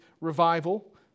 revival